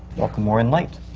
welcome, warren leight.